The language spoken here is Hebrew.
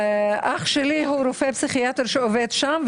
אח שלי הוא רופא פסיכיאטר שעובד שם,